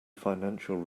financial